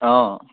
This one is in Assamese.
অ'